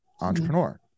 entrepreneur